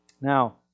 Now